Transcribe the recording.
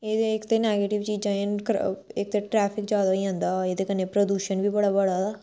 एह् इक ते नैगेटिव चीजां एह् न इक ते ट्रैफिक ज्यादा होई जंदा एह्दे कन्नै प्रदूशन बी बड़ा बड़ा दा